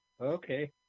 Okay